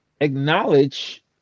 acknowledge